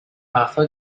وقتها